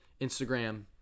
Instagram